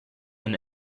and